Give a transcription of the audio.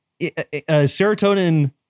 serotonin